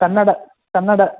Kannada Kannada